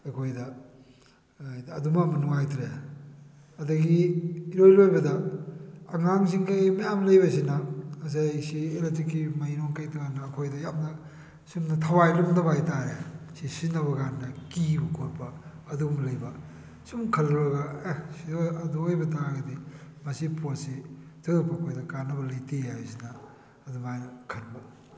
ꯑꯩꯈꯣꯏꯗ ꯑꯗꯨꯃ ꯑꯃ ꯅꯨꯡꯉꯥꯏꯇ꯭ꯔꯦ ꯑꯗꯨꯗꯒꯤ ꯏꯂꯣꯏ ꯂꯣꯏꯕꯗ ꯑꯉꯥꯡꯁꯤꯡꯈꯩ ꯃꯌꯥꯝ ꯂꯩꯕꯁꯤꯅ ꯉꯁꯥꯏ ꯁꯤ ꯑꯦꯂꯦꯛꯇ꯭ꯔꯤꯛꯀꯤ ꯃꯩ ꯅꯨꯡ ꯀꯩ ꯀꯔꯥꯗ ꯑꯩꯈꯣꯏꯗ ꯌꯥꯝꯅ ꯁꯨꯝꯅ ꯊꯋꯥꯏ ꯂꯨꯝꯗꯕ ꯍꯥꯏꯇꯔꯦ ꯁꯤ ꯁꯤꯖꯤꯟꯅꯕ ꯀꯥꯟꯗ ꯀꯤꯕ ꯈꯣꯠꯄ ꯑꯗꯨꯒꯨꯝꯕ ꯂꯩꯕ ꯑꯁꯨꯝ ꯈꯜꯂꯨꯔꯒ ꯑꯦ ꯑꯗꯨ ꯑꯣꯏꯕ ꯇꯥꯔꯒꯗꯤ ꯃꯁꯤ ꯄꯣꯠꯁꯤ ꯊꯣꯏꯗꯣꯛꯄ ꯑꯩꯈꯣꯏꯗ ꯀꯥꯟꯅꯕ ꯂꯩꯇꯦ ꯍꯥꯏꯕꯁꯤꯅ ꯑꯗꯨꯃꯥꯏꯅ ꯈꯟꯕ